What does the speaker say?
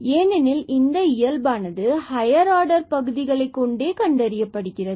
ஏனெனில் இதன் இயல்பானது ஹையர் ஆர்டர் பகுதிகளைக் கொண்டு கண்டறியப்படுகிறது